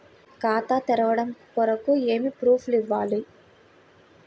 ఖాతా తెరవడం కొరకు ఏమి ప్రూఫ్లు కావాలి?